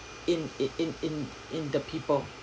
in in in in in the people